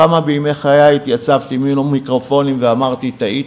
כמה פעמים בימי חיי התייצבתי מול המיקרופונים ואמרתי "טעיתי"?